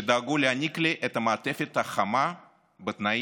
שדאגו להעניק לי את המעטפת החמה בתנאים